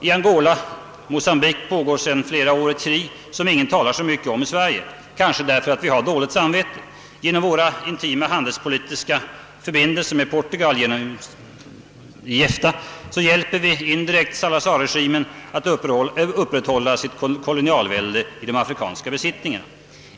I Angola och Mocambique pågår sedan flera år ett krig som ingen i Sverige talar så mycket om, kanske därför att vi har dåligt samvete. Genom våra intima handelspolitiska förbindelser inom EFTA med Portugal hjälper vi indirekt Salazar-regimen att upprätthålla sitt kolonialvälde i de afrikanska besittningarna.